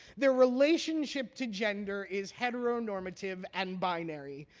their relationship to gender is heteronormative and binary.